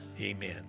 Amen